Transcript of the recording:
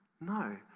No